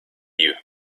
you